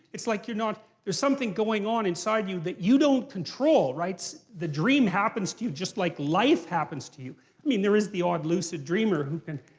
it's like you're not there's something going on inside you that you don't control, right? the dream happens to you just like life happens to you. i mean there is the odd lucid dreamer who can,